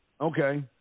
okay